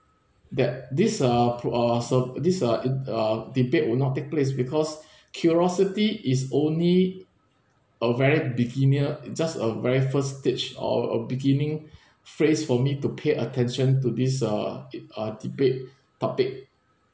that this uh pro~ uh so this uh in uh debate will not take place because curiosity is only a very beginner just a very first stage or a beginning phrase for me to pay attention to this uh it uh debate topic